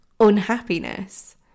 unhappiness